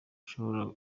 ashobora